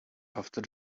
after